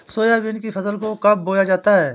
Soybean की फसल को कब बोया जाता है?